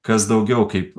kas daugiau kaip